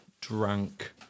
drank